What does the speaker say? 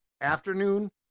afternoon